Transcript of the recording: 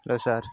hello sir